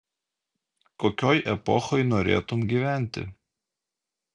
kokioj epochoj norėtum gyventi